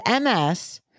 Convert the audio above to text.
MS